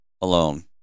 alone